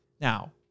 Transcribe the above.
Now